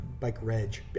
Bikereg